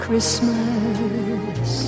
Christmas